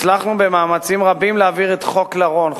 הצלחנו במאמצים רבים להעביר את חוק לרון,